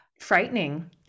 frightening